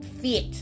fit